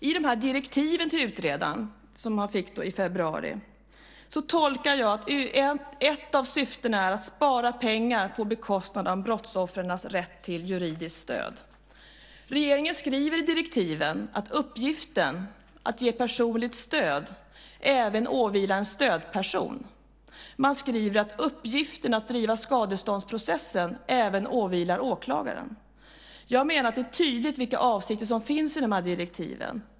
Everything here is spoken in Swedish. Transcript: I direktiven som utredaren fick i februari tolkar jag att ett av syftena är att spara pengar på bekostnad av brottsoffrens rätt till juridiskt stöd. Regeringen skriver i direktiven att uppgiften att ge personligt stöd även åvilar en stödperson. Man skriver att uppgiften att driva skadeståndsprocessen även åvilar åklagaren. Jag menar att det är tydligt vilka avsikter som finns i dessa direktiv.